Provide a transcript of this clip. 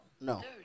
No